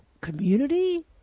community